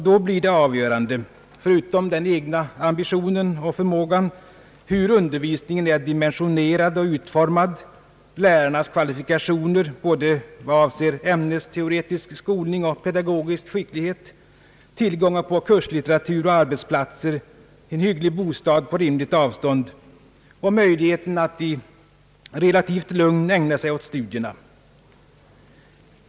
Då blir det avgörande — förutom den egna förmågan och ambitionen — hur undervisningen är dimensionerad och utformad, lärarnas kvalifikationer både vad avser ämnesteoretisk skolning och pedagogisk skicklighet, tillgången på kurslitteratur och arbetsplatser, en hygglig bostad på rimligt avstånd och möjligheten att i relativt lugn ägna sig åt studierna.